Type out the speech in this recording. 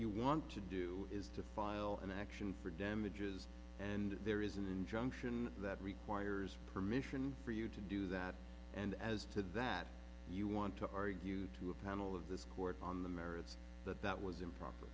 you want to do is to file an action for damages and there is an injunction that requires permission for you to do that and as to that you want to argue to a panel of this court on the merits that that was improper